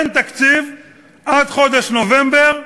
אין תקציב עד חודש נובמבר,